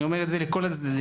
אני אומר את זה לכל הצדדים.